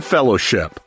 Fellowship